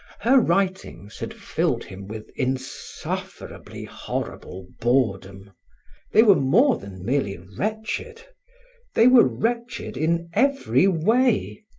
her writings had filled him with insufferably horrible boredom they were more than merely wretched they were wretched in every way,